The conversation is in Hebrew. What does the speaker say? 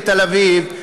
לתל-אביב.